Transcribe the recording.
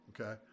Okay